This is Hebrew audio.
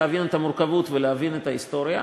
להבין את המורכבות ולהבין את ההיסטוריה,